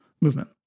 movement